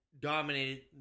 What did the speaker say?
dominated